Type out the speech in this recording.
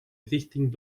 richting